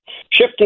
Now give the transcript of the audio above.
shifting